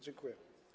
Dziękuję.